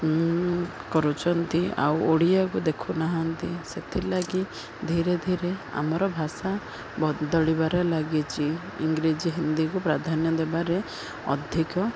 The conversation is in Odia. କରୁଛନ୍ତି ଆଉ ଓଡ଼ିଆକୁ ଦେଖୁନାହାନ୍ତି ସେଥିଲାଗି ଧୀରେ ଧୀରେ ଆମର ଭାଷା ବଦଳିବାରେ ଲାଗିଛି ଇଂରେଜ ହିନ୍ଦୀକୁ ପ୍ରାଧାନ୍ୟ ଦେବାରେ ଅଧିକ